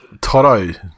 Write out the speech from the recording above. Toto